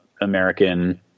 American